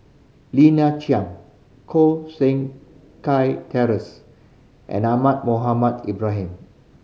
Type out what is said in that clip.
Lina Chiam Koh Seng Kiat Terence and Ahmad Mohamed Ibrahim